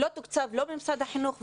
לא תוקצב לא במשרד החינוך,